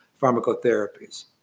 pharmacotherapies